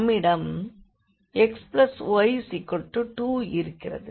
நம்மிடம் xy2 இருக்கிறது